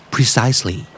Precisely